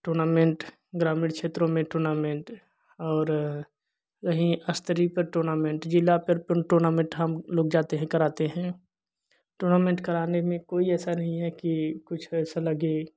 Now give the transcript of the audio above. tournament ग्रामीण क्षेत्रों में टूर्नामेंट और यही अस्तरी पर टूर्नामेंट जिला फिर पुन टूर्नामेंट हम लोग जाते हैं कराते हैं टूर्नामेंट कराने में कोई ऐसा नहीं है कि कुछ वैसा लगे